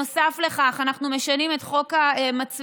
נוסף לכך אנחנו משנים את חוק המצלמות,